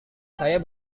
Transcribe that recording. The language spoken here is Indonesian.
saya